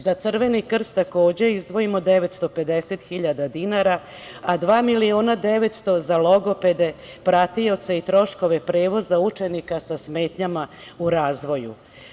Za Creveni krst izdvajamo takođe 950 hiljada dinara, a dva miliona 900 za logopede, pratioce i troškove prevoza učenika sa smetnjama u razvoju.